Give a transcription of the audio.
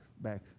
back